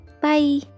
Bye